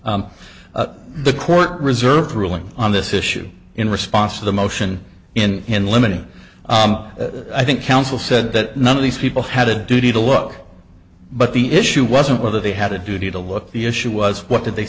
c the court reserved ruling on this issue in response to the motion in limine i think counsel said that none of these people had a duty to look but the issue wasn't whether they had a duty to look the issue was what did they